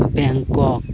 Bangkok